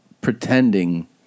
pretending